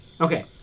Okay